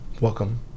Welcome